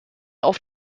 auf